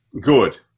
Good